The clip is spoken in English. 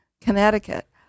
Connecticut